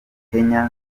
kenya